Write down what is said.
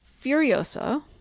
Furiosa